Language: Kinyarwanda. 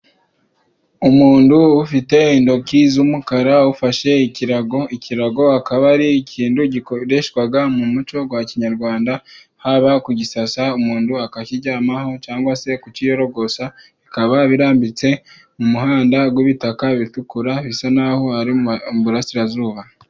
Umuntu ufite intoki z'umukara ufashe ikirago, ikirago akaba ari ikintu gikoreshwa mu muco wa Kinyarwanda haba kugisasa umuntu akakiryamaho cyangwa se kukiyorosa. Bikaba birambitse mu muhanda w'ibitaka bitukura bisa naho ari mu Burasirazuba.